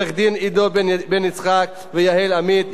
עורכי-הדין עידו בן-יצחק ויהל עמית,